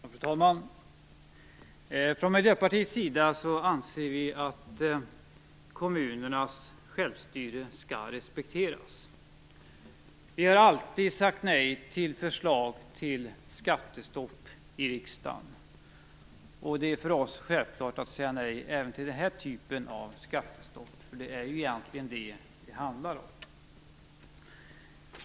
Fru talman! Från Miljöpartiets sida anser vi att kommunernas självstyre skall respekteras. Vi har i riksdagen alltid sagt nej till förslag till skattestopp. Det är för oss självklart att säga nej även till den här typen av skattestopp, som det egentligen handlar om.